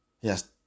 Yes